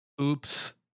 Oops